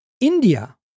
India